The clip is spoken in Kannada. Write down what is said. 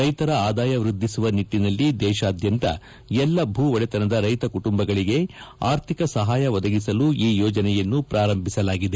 ರೈತರ ಆದಾಯ ವ್ವದ್ದಿಸುವ ನಿಟ್ಟಿನಲ್ಲಿ ದೇಶಾದ್ಯಂತ ಎಲ್ಲ ಭೂ ಒಡೆತನದ ರೈತ ಕುಟುಂಬಗಳಿಗೆ ಆರ್ಥಿಕ ಸಹಾಯ ಒದಗಿಸಲು ಈ ಯೋಜನೆಯನ್ನು ಪ್ರಾರಂಭಿಸಲಾಗಿದೆ